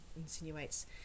insinuates